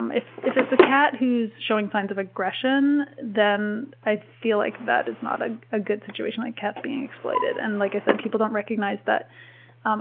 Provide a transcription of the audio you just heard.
um if if it's a cat who's showing signs of aggression, then i feel like that is not ah a good situation, like cats being exploited. and like i said, people don't recognize that